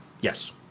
Yes